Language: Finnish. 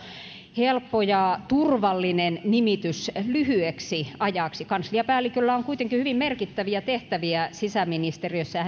helppo ja turvallinen nimitys lyhyeksi ajaksi kansliapäälliköllä on kuitenkin hyvin merkittäviä tehtäviä sisäministeriössä ja